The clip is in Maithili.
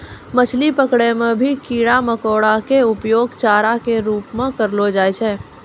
मछली पकड़ै मॅ भी कीड़ा मकोड़ा के उपयोग चारा के रूप म करलो जाय छै